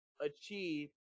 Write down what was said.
achieve